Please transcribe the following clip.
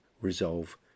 Resolve